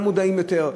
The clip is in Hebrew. גם מודעים יותר,